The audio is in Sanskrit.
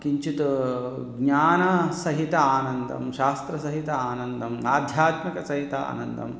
किञ्चित् ज्ञानसहितम् आनन्दं शास्त्रसहितम् आनन्दम् आध्यात्मिकसहितम् आनन्दम्